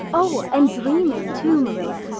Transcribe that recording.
oh, and dream in too, marilla.